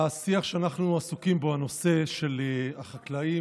השיח שאנחנו עסוקים בו, הנושא של החקלאים,